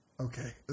Okay